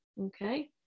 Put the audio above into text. okay